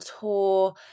tour